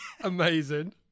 Amazing